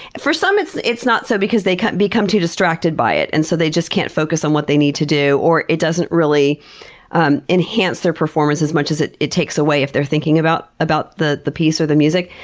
for some, it's it's not so because they become too distracted by it and so they just can't focus on what they need to do or it doesn't really um enhance their performance as much as it it takes away if they're thinking about about the the piece or the music.